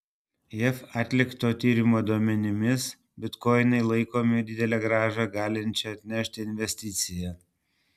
jav atlikto tyrimo duomenimis bitkoinai laikomi didelę grąžą galinčia atnešti investicija